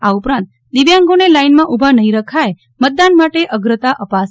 આ ઉપરાંત દિવ્યાંગોને લાઇનમાં ઊભા નહી રખાય મતદાન માટે અગ્રતા અપાશે